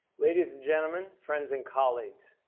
ladies and gentlemen, friends and colleagues.